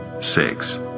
six